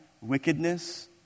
Wickedness